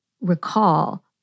recall